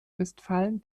westfalen